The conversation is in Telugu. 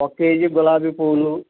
ఒక కేజీ గులాబీ పూలు